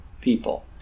people